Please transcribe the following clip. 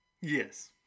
Yes